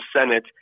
Senate